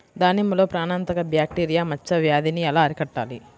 దానిమ్మలో ప్రాణాంతక బ్యాక్టీరియా మచ్చ వ్యాధినీ ఎలా అరికట్టాలి?